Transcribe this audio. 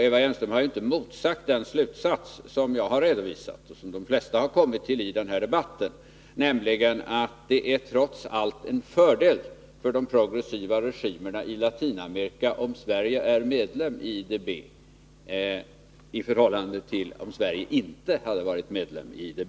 Eva Hjelmström har inte motsagt den slutsats som jag har redovisat och som de flesta kommit till i den här debatten, nämligen att det trots allt är fördelaktigare för de progressiva regimerna i Latinamerika att Sverige är medlem i IDB än att Sverige inte är medlem i IDB.